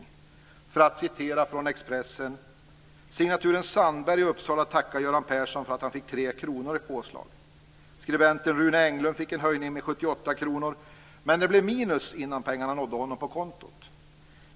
I Expressen står bl.a. detta: Signaturen Sandberg i Uppsala tackar Göran Persson för att han fick 3 kr i påslag. Skribenten Rune Englund fick en höjning med 78 kr, men det blev minus innan pengarna nådde honom på kontot.